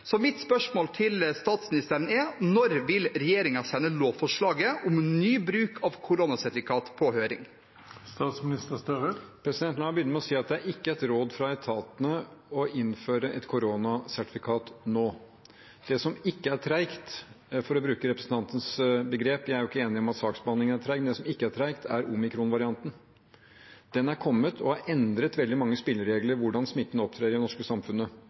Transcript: Mitt spørsmål til statsministeren er: Når vil regjeringen sende lovforslaget om en ny bruk av koronasertifikat på høring? La meg begynne med å si at det ikke er et råd fra etatene å innføre et koronasertifikat nå. Det som ikke er tregt – for å bruke representantens begrep; jeg er jo ikke enig i at saksbehandlingen er treg – er omikronvarianten. Den er kommet og har endret veldig mange spilleregler for hvordan smitten opptrer i det norske samfunnet,